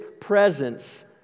presence